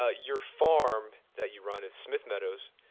ah your farm that you run at smith meadows,